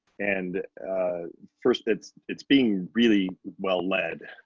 and first it's it's being really well led,